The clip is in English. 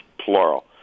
plural